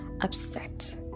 upset